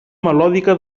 melòdica